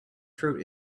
fruit